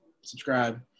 subscribe